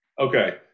Okay